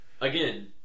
again